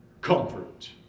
comfort